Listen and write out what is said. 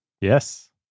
Yes